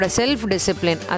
self-discipline